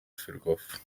ferwafa